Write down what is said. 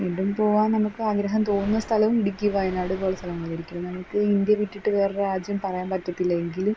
വീണ്ടും പോവാന് നമുക്ക് ആഗ്രഹം തോന്നുന്ന സ്ഥലവും ഇടുക്കിയും വയനാട് പോലുള്ള സ്ഥലങ്ങളാണ് ഒരിക്കലും നമുക്ക് ഇന്ത്യ വിട്ടിട്ട് വേറൊരു രാജ്യം പറയാന് പറ്റത്തില്ല എങ്കിലും